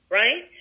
right